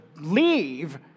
leave